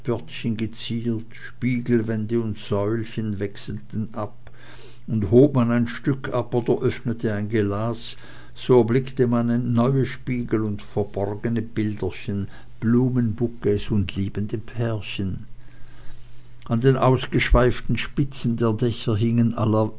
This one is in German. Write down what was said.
geziert spiegelwände und säulen wechselten ab und hob man ein stück ab oder öffnete ein gelaß so erblickte man neue spiegel und verborgene bilderchen blumenbouquets und liebende pärchen an den ausgeschweiften spitzen der dächer hingen